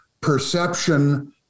perception